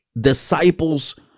disciples